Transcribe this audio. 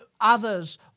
others